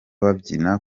babyina